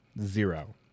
zero